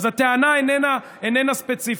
אז הטענה איננה ספציפית.